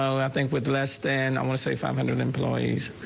i think, with less than, i want to say five hundred employees.